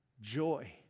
joy